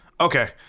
Okay